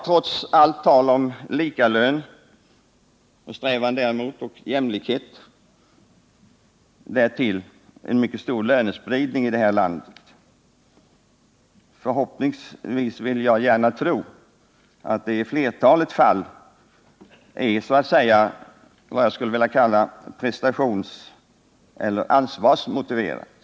Trots allt tal om strävan mot lika lön och jämlikhet har vi alltjämt en mycket stor lönespridning i detta land. Jag vill gärna tro att detta i flertalet fall är vad jag skulle vilja kalla prestationseller ansvarsmotiverat.